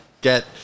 get